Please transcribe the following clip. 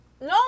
No